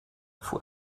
fuhr